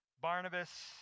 Barnabas